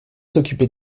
s’occuper